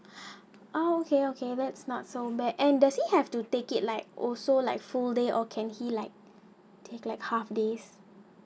oh okay okay that's no so bad and does it have to take it like also like full day or can he like take like half days